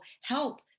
help